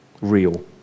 Real